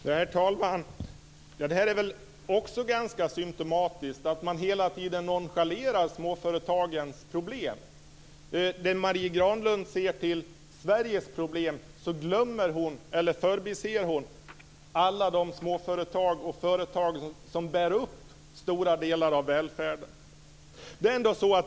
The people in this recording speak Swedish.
Herr talman! Det är väl ganska symtomatiskt att man hela tiden nonchalerar småföretagens problem. När Marie Granlund ser till Sveriges problem förbiser hon alla de småföretag och andra företag som bär upp stora delar av välfärden.